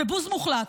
ובוז מוחלט.